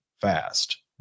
fast